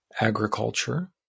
agriculture